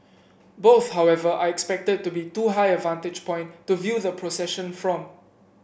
both however are expected to be too high a vantage point to view the procession from